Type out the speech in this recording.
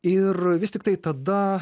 ir vis tiktai tada